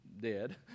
dead